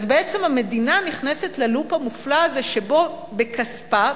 אז בעצם המדינה נכנסת ללופ המופלא הזה שבו בכספה,